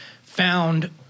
found –